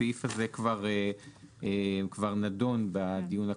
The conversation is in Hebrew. הסעיף הזה כבר נדון בדיון הקודם.